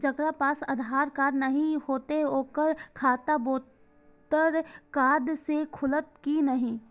जकरा पास आधार कार्ड नहीं हेते ओकर खाता वोटर कार्ड से खुलत कि नहीं?